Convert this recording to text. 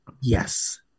Yes